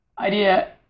idea